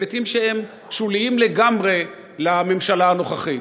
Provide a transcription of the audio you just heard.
היבטים שהם שוליים לגמרי לממשלה הנוכחית,